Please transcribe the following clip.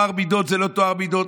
טוהר מידות זה לא טוהר מידות,